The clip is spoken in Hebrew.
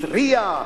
התריע,